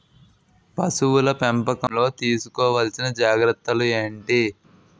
పశువుల పెంపకంలో తీసుకోవల్సిన జాగ్రత్త లు ఏంటి?